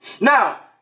Now